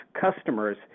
customers